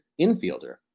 infielder